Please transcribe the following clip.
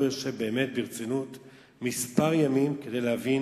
יושב באמת ברצינות כמה ימים כדי להבין